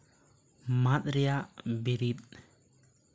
ᱢᱟᱜ ᱨᱮᱭᱟᱜ ᱵᱤᱨᱤᱫ